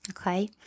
Okay